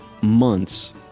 months